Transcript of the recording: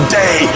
day